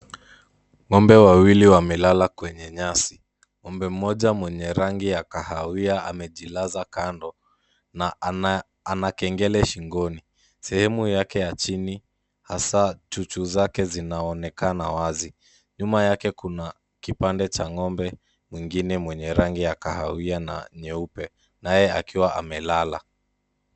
Ng'ombe wawili wamelala kwenye nyasi. Ng'ombe mmoja mwenye rangi ya kahawia amejilaza kando na ana kengele shingoni. Sehemu yake ya chini, hasa chuchu zake, zinaonekana wazi. Nyuma yake kuna kipande cha ng'ombe, mwenye rangi ya kahawia na nyeupe, naye akiwa amelala.